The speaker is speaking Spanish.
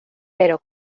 pero